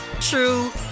true